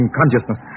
consciousness